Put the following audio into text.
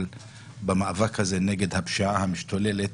אבל במאבק הזה נגד הפשיעה המשתוללת,